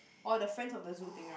oh the friends of the zoo thing right